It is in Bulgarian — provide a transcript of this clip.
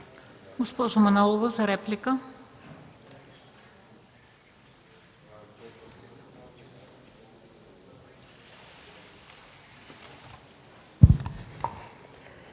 Госпожо Манолова, за реплика.